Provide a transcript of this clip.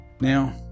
now